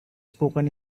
spoken